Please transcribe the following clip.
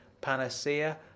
Panacea